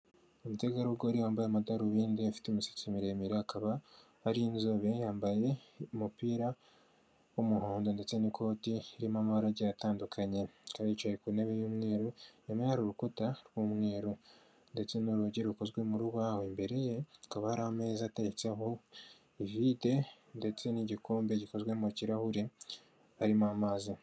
Umutegarugori wambaye amadarubindi afite imisatsi miremire akaba ari inzobe yambaye umupira w'umuhondo ndetse n'ikoti ririmo amabara agiye atandukanye, yicaye ku ntebe y'umweru, inyuma hari urukuta rw'umweru ndetse n'urugi rukozwe mu rubaho, imbere ye hakaba hari ameza ateretseho ivide ndetse n'igikombe gikozwe mu kirahure arimo amazi.